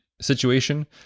situation